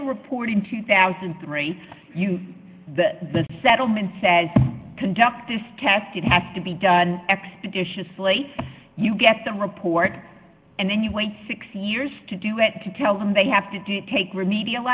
a report in two thousand and three that the settlement says conduct this test it has to be done expeditiously you get the report and then you wait six years to do it to tell them they have to take remedial